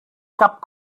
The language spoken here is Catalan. cap